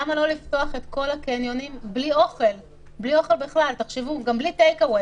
למה לא לפתוח את כל הקניונים בלי לאפשר בהם אוכל?